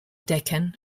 deccan